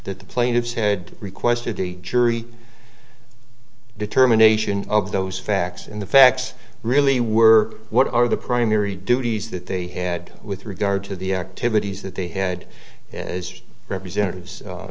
that the plaintiffs had requested a jury determination of those facts in the facts really were what are the primary duties that they had with regard to the activities that they had as representatives